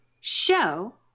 show